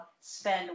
spend